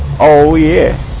all year